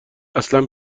اصلا